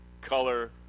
color